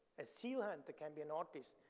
a seal hunter can be an artist,